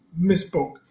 Misspoke